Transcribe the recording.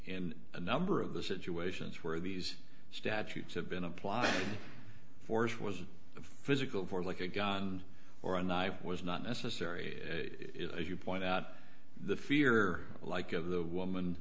in a number of the situations where these statutes have been applying force was physical for like a gun or a knife was not necessary as you point out the fear like of the woman